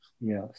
yes